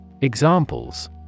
Examples